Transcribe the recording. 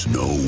no